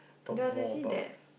there was actually that